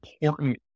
important